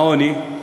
לעוני,